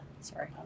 sorry